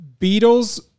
Beatles